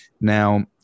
Now